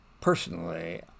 Personally